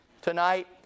tonight